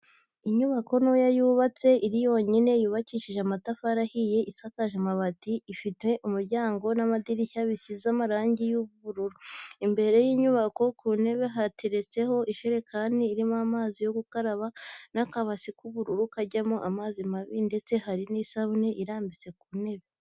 Inyubako ntoya yubatse iri yonyine, yubakishije amatafari ahiye isakaje amabati ifite umuryango n'amadirishya bisize amarangi y'ubururu, imbere y'inyubako ku ntebe hateretse ijerekani irimo amazi yo gukaraba n'akabase k'ubururu kajyamo amazi mabi ndetse hari n'isabuni irambitse ku ntebe.